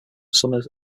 summers